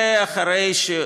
הרבה אחרי,